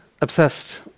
obsessed